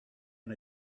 and